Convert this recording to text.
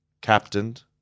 captained